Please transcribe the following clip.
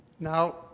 Now